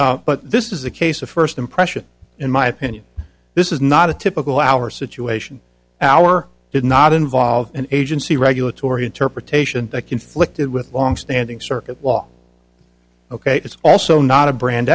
but this is a case of first impression in my opinion this is not a typical our situation our did not involve an agency regulatory interpretation that conflicted with longstanding circuit law ok it's also not a brand